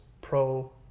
pro